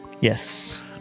Yes